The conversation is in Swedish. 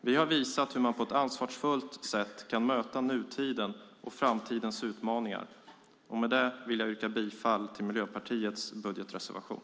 Vi har visat hur man på ett ansvarfullt sätt kan möta nutidens och framtidens utmaningar, och med det vill jag yrka bifall till Miljöpartiets budgetreservation.